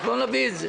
אנחנו לא נביא את זה.